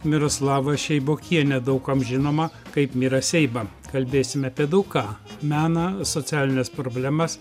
miroslava šeibokiene daug kam žinoma kaip mira seiba kalbėsime apie daug ką meną socialines problemas